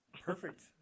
Perfect